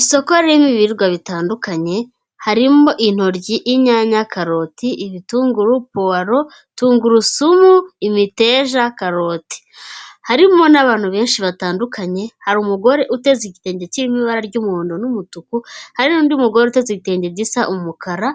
Isoko ririmo ibibirirwa bitandukanye. Harimo: intoryi, inyanya, karoti, ibitunguru, puwalo, tungurusumu, imiteja, karoti, harimo n'abantu benshi batandukanye. Hari umugore uteze igitenge kirimo ibara ry'umuhondo n'umutuku, hari n'undi mugore uteze ibitenge gisa umukara,